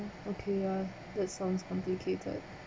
okay ya that sounds complicated